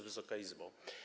Wysoka Izbo!